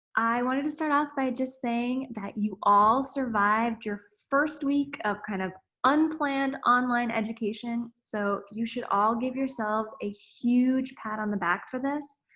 i wanted to start off by just saying that you all survived your first week of kind of unplanned online education so you should all give yourselves a huge pat on the back for this.